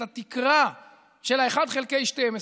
את התקרה של 1 חלקי 12,